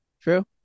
True